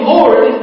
Lord